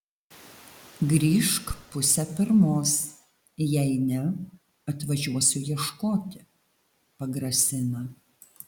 grįžk pusę pirmos jei ne atvažiuosiu ieškoti pagrasina